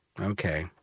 Okay